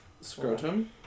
scrotum